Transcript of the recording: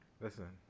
Listen